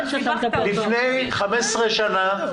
לפני 15 שנה,